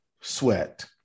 sweat